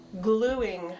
gluing